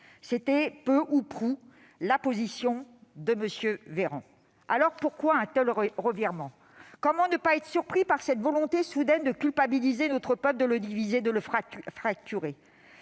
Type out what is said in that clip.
C'était, peu ou prou, la position de M. Olivier Véran. Alors, pourquoi un tel revirement ? Comment ne pas être surpris par cette volonté soudaine de culpabiliser notre peuple, de le diviser, de le fracturer ?